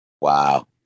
Wow